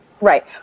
Right